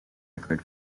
record